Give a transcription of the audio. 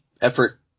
effort